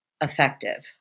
effective